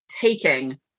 taking